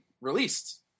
released